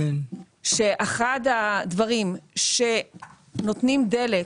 - שאחד הדברים שנותנים דלק